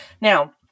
now